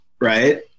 right